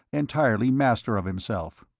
entirely, master of himself.